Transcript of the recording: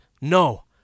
No